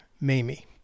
Mamie